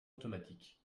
automatique